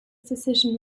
decision